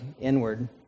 inward